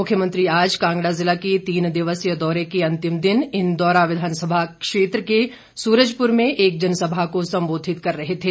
मुख्यमंत्री आज कांगड़ा जिला के तीन दिवसीय दौरे के अंतिम दिन इंदौरा विधानसभा के सूरजपुर में एक जनसभा को संबोधित कर रहे थे